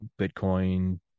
Bitcoin